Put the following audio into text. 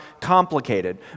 complicated